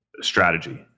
strategy